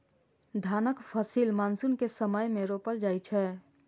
धानक फसिल मानसून के समय मे रोपल जाइ छै